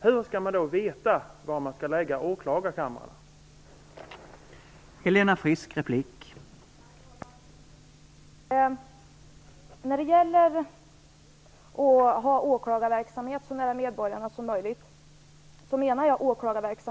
Hur skall man då kunna veta var åklagarkamrarna skall läggas?